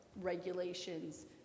regulations